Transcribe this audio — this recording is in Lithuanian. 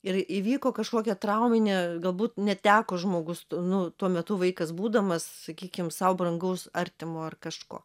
ir įvyko kažkokia trauminė galbūt neteko žmogus nu tuo metu vaikas būdamas sakykim sau brangaus artimo ar kažko